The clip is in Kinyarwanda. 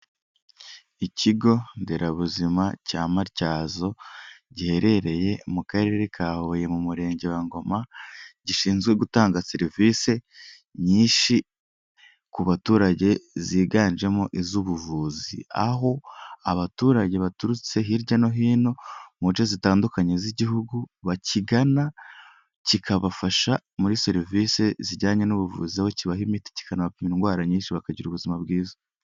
Ikigo nderabuzima cya Matyazo giherereye mu Karere ka Huye, mu Murenge wa Ngoma gishinzwe gutanga serivisi nyinshi ku baturage ziganjemo iz'ubuvuzi. Aho abaturage baturutse hirya no hino muce zitandukanye z'Igihugu bakigana kikabafasha muri serivise zijyanye n'ubuvuzi. Aho kibaha imiti, kikanabapima indwara nyinshi bakagira ubuzima bwiza.